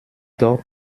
doch